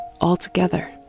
altogether